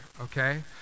okay